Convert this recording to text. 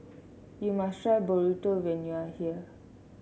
you must try Burrito when you are here